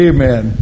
Amen